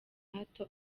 hato